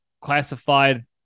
classified